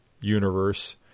universe